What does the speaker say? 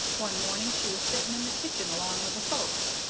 one morning she was sitting in the kitchen long o the folks,